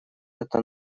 это